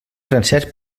francesc